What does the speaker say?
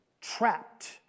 trapped